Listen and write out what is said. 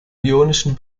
ionischen